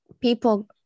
people